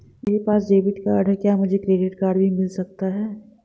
मेरे पास debit card है क्या मुझे क्रेडिट कार्ड भी मिल सकता है?